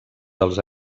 dels